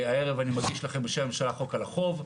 "הערב אני מגיש לכם, בשם הממשלה, חוק על החוב.